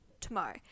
tomorrow